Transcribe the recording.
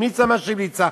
המליצה מה שהמליצה,